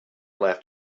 left